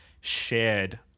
shared